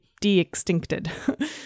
de-extincted